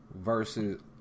versus